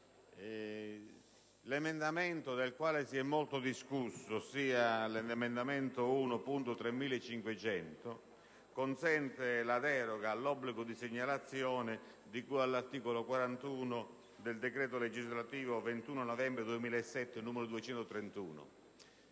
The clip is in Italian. L'emendamento del quale si è molto discusso, ossia l'emendamento 1.3500, consente la deroga all'obbligo di segnalazione di cui all'articolo 41 del decreto legislativo 21 novembre 2007, n. 231.